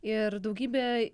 ir daugybė